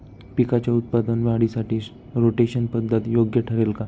पिकाच्या उत्पादन वाढीसाठी रोटेशन पद्धत योग्य ठरेल का?